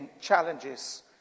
challenges